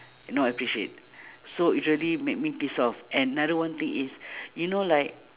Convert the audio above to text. no appreciate so really make me piss off and another one thing is you know like